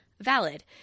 valid